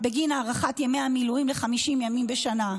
בגין הארכת ימי המילואים ל-50 ימים בשנה?